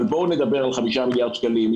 אבל בואו נדבר על 5 מיליארד שקלים.